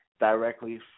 Directly